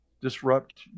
disrupt